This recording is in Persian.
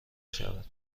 شود